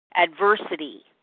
adversity